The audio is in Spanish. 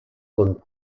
con